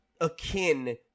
akin